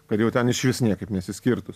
kad jau ten išvis niekaip nesiskirtų